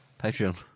Patreon